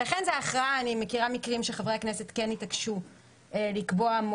במידה ותעשו את